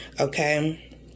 okay